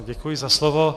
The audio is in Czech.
Děkuji za slovo.